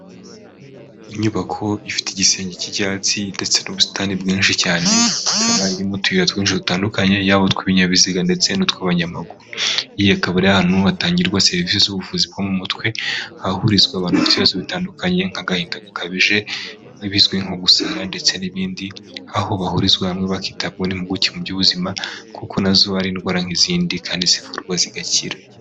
Inyubako ifite igisenge cy'icyatsi ndetse n'ubusitani bwinshi cyane irimo utuyira twinshi dutandukanye yaba itwibinyabiziga ndetse n'utwabanyamaguru ikaba iri ahantu hatangirwa serivisi z’ubuvuzi bwo mu mutwe hahurizwa abantu bafite ibibazo bitandukanye nk'agahinda gakabije ibizwi nko gusana ndetse n'ibindi aho bahurizwa hamwe bakitabwaho n’imuguke mu by'ubuzima kuko nazo ari indwara nk'izindi kandi zivurwa zigakira.